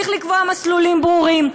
צריך לקבוע מסלולים ברורים.